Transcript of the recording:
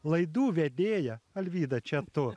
laidų vedėja alvyda čia tu